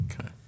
Okay